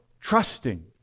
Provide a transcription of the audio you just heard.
Trusting